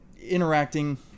Interacting